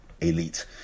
elite